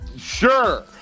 Sure